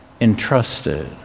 entrusted